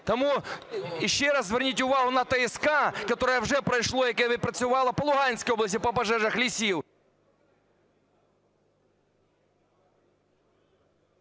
Тому ще раз зверніть увагу на ТСК, которая вже пройшла, яка відпрацювала по Луганській області по пожежах лісів...